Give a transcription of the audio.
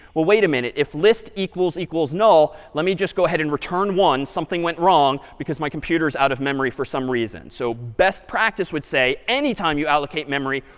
wait a minute, if list equals equals null, let me just go ahead and return one, something went wrong, because my computer is out of memory for some reason. so best practice would say anytime you allocate memory,